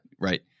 Right